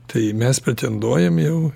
tai mes pretenduojame jau